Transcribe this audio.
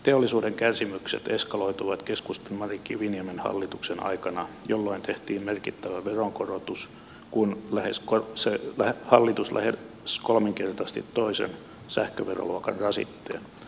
teollisuuden kärsimykset eskaloituivat keskustan mari kiviniemen hallituksen aikana jolloin tehtiin merkittävä veronkorotus kun hallitus lähes kolminkertaisti toisen sähköveroluokan rasitteen